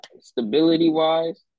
stability-wise